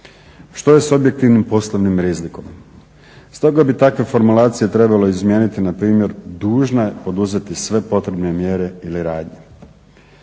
Što je s objektivnim poslovnim rizikom? Stoga bi takve formulacije trebalo izmijeniti npr. dužna je poduzeti sve potrebne mjere ili radnje.